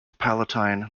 palatine